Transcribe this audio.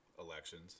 elections